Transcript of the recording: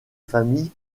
famille